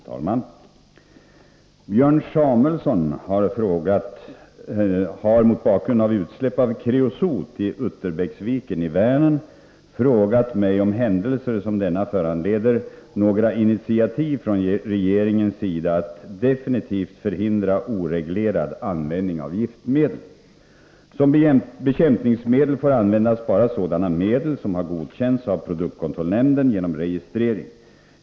Fru talman! Björn Samuelson har, mot bakgrund av utsläpp av kreosot i Otterbäcksviken i Vänern, frågat mig om händelser som denna föranleder några initiativ från regeringens sida i syfte att definitivt förhindra oreglerad användning av giftmedel. Som bekämpningsmedel får användas bara sådana medel som har godkänts av produktkontrollnämnden genom registrering.